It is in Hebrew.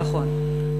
נכון.